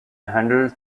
handled